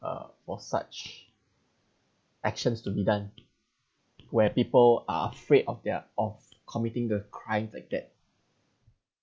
uh for such actions to be done where people are afraid of their of committing the crime like that